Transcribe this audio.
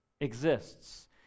exists